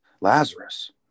Lazarus